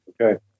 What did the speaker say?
Okay